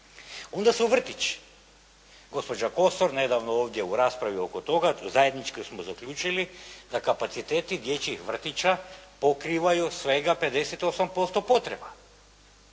Onda su vrtići. Gospođa Kosor nedavno ovdje u raspravi oko toga zajedničko smo zaključili da kapaciteti dječjih vrtića pokrivaju svega 58% potreba.